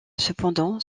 cependant